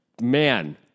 Man